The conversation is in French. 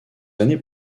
années